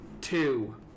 Two